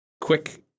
quick